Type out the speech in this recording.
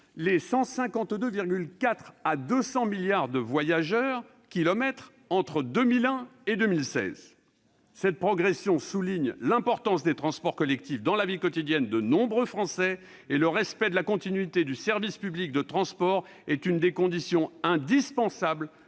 de 152,4 à 200 milliards de voyageurs-kilomètres entre 2001 et 2016. Cette progression souligne l'importance des transports collectifs dans la vie quotidienne de nombreux Français. Le respect de la continuité du service public de transport est une des conditions indispensables